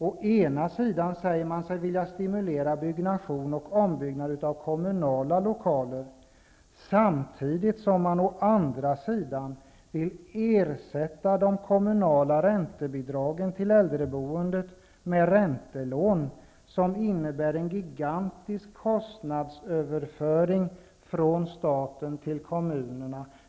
Å ena sidan säger Socialdemokraterna sig vilja stimulera byggande och ombyggnad av kommunala lokaler, samtidigt som de å andra sidan vill ersätta de kommunala räntebidragen till äldreboende med räntelån, vilket innebär en gigantisk kostnadsöverföring från staten till kommunerna.